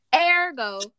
Ergo